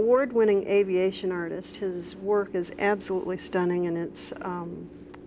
award winning aviation artist his work is absolutely stunning and it's